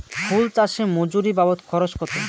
ফুল চাষে মজুরি বাবদ খরচ কত?